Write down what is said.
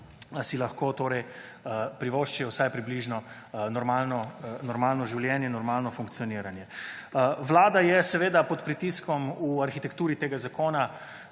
si lahko torej privoščijo vsaj približno normalno življenje, normalno funkcioniranje. Vlada je seveda pod pritiskom v arhitekturi tega zakona,